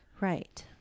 Right